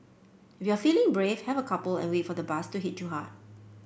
if you're feeling brave have a couple and wait for the buzz to hit you hard